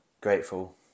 grateful